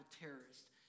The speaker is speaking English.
terrorist